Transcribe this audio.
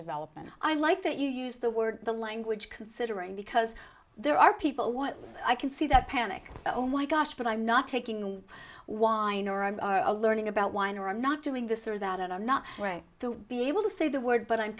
development i like that you use the word the language considering because there are people what i can see that panic oh my gosh but i'm not taking wine or i'm a learning about wine or i'm not doing this or that and i'm not going to be able to say the word but i'm